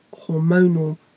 hormonal